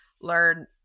learn